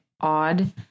odd